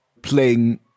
playing